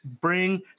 bring